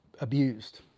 abused